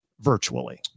virtually